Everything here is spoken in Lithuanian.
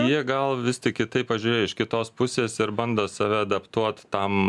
jie gal vis tik kitaip pažiūrėjo iš kitos pusės ir bando save adaptuot tam